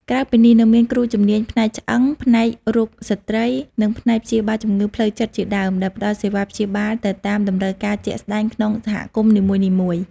ក្រៅពីនេះ នៅមានគ្រូជំនាញផ្នែកឆ្អឹង ផ្នែករោគស្ត្រី និងផ្នែកព្យាបាលជំងឺផ្លូវចិត្តជាដើម ដែលផ្តល់សេវាព្យាបាលទៅតាមតម្រូវការជាក់ស្តែងក្នុងសហគមន៍នីមួយៗ។